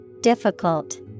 Difficult